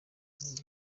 ndi